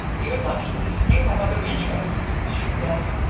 you're lucky, you have other interests, she said.